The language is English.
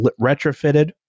retrofitted